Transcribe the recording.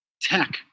tech